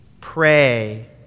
pray